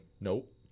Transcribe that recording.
nope